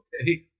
okay